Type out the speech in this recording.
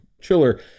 chiller